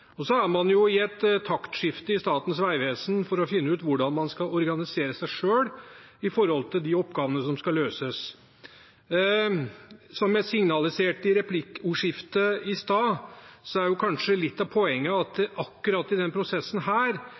Så er man jo i et taktskifte i Statens vegvesen for å finne ut hvordan man skal organisere seg selv med de oppgavene som skal løses. Som jeg signaliserte i replikkordskiftet i stad, er kanskje litt av poenget at akkurat i denne prosessen